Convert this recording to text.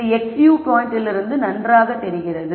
இது x view பாயிண்டிலிருந்து நன்றாக இருக்கிறது